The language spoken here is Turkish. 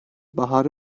baharı